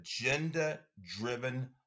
agenda-driven